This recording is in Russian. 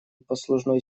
послужной